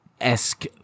esque